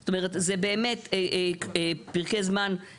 אבל, רצועת החוף נמצאת בסכנה מתמדת.